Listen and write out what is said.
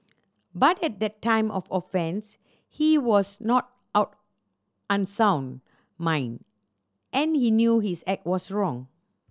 but at the time of offence he was not out unsound mind and he knew his act was wrong